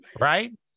right